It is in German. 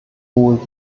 wohl